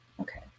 okay